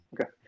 Okay